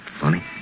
Funny